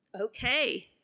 Okay